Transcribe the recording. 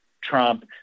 Trump